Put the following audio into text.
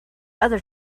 other